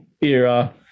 era